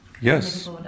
Yes